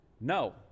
no